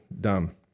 dumb